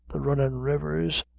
the runnin' rivers,